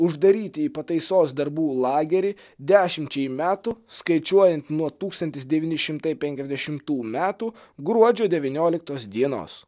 uždaryti į pataisos darbų lagerį dešimčiai metų skaičiuojant nuo tūkstantis devyni šimtai penkiasdešimtų metų gruodžio devynioliktos dienos